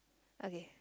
okay